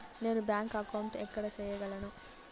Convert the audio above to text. నేను bank account ఎక్కడ సేయగలను